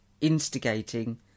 instigating